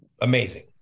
Amazing